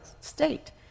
State